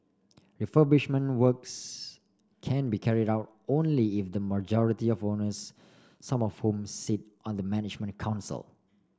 refurbishment works can be carried out only if the majority of owners some of whom sit on the management council